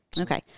Okay